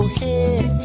head